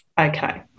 okay